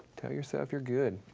tell yourself you're good.